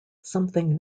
something